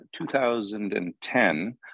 2010